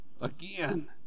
Again